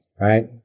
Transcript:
right